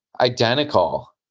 identical